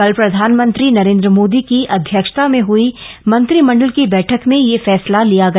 कल प्रधानमंत्री नरेन्द्र मोदी की अध्यक्षता में हई मंत्रिमंडल की बैठक में यह फैसला लिया गया